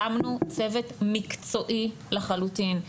הקמנו צוות מקצועי לחלוטין,